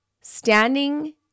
standing